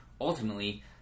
Ultimately